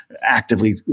actively